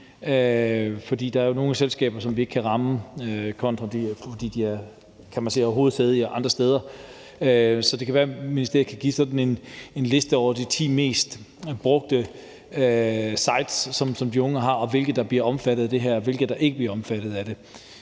er jo nogle selskaber, som vi ikke kan ramme, fordi de har hovedsæde andre steder. Så det kan være, ministeriet kan give sådan en liste over de ti mest brugte sites, som de unge bruger, og hvilke af dem der bliver omfattet af det her, og hvilke der ikke bliver omfattet af det.